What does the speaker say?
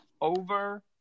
over